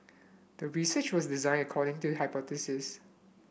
the research was designed according to the hypothesis